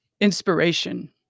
inspiration